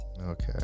Okay